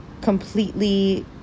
completely